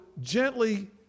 gently